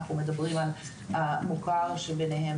אנחנו מדברים על המוכר שביניהם,